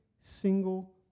single